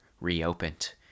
reopened